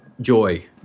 joy